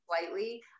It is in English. slightly